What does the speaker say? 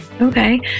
Okay